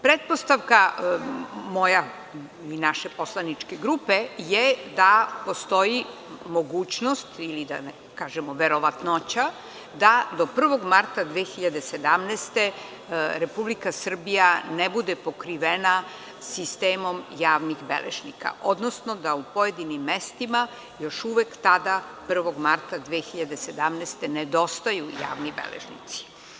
Pretpostavka moja i naše poslaničke grupe je da postoji mogućnost ili verovatnoća da do 1. marta 2017. godine Republika Srbija ne bude pokrivena sistemom javnih beležnika, odnosno da u pojedinim mestima još uvek tada 1. marta 2017. godine nedostaju javni beležnici.